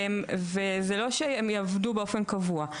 וזה לא שהם יעבדו באופן קבוע.